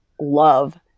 love